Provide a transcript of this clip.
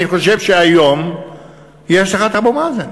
אני חושב שהיום יש לך את אבו מאזן